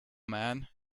man